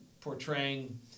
portraying